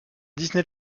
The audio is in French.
disney